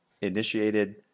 initiated